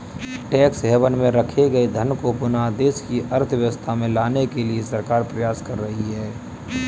tax haven में रखे गए धन को पुनः देश की अर्थव्यवस्था में लाने के लिए सरकार प्रयास कर रही है